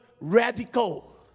radical